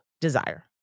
desire